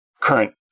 current